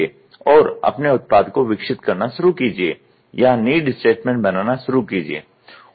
और अपने उत्पाद को विकसित करना शुरू कीजिए या नीड स्टेटमेंट बनाना शुरू कीजिए